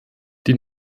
die